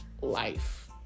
life